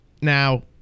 now